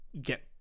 get